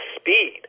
speed